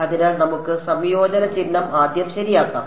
അതിനാൽ നമുക്ക് സംയോജന ചിഹ്നം ആദ്യം ശരിയാക്കാം